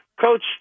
Coach